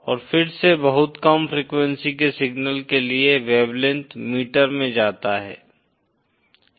और फिर से बहुत कम फ्रीक्वेंसी के सिग्नल के लिए वेवलेंथ मीटर में जाता है